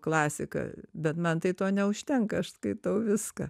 klasika bet man tai to neužtenka aš skaitau viską